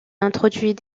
introduit